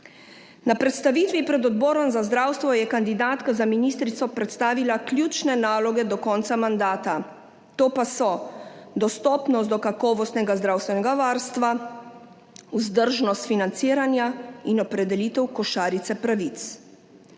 Na predstavitvi pred Odborom za zdravstvo je kandidatka za ministrico predstavila ključne naloge do konca mandata, to pa so dostopnost do kakovostnega zdravstvenega varstva, vzdržnost financiranja in opredelitev košarice pravic.